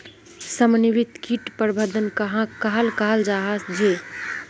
समन्वित किट प्रबंधन कहाक कहाल जाहा झे?